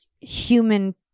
human